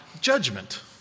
judgment